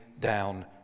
down